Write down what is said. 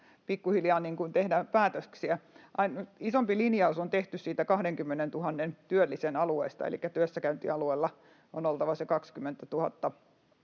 pikkuhiljaa tehdään. Isompi linjaus on tehty siitä 20 000 työllisen alueesta, elikkä työssäkäyntialueella on oltava se 20 000